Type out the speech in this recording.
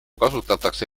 kasutatakse